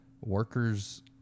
workers